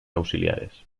auxiliares